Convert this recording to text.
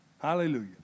Hallelujah